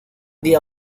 día